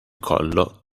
collo